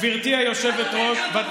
גברתי היושבת-ראש,